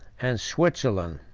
and switzerland.